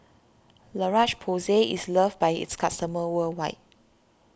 La Roche Porsay is loved by its customers worldwide